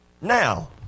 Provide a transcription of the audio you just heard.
now